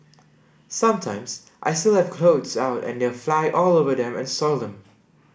sometimes I still have clothes out and they fly all over them and soil them